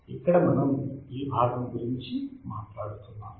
ఇక్కడ మనం ఈ భాగం గురించి మాట్లాడుతున్నాము